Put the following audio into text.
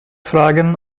fragen